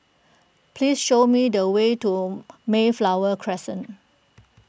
please show me the way to Mayflower Crescent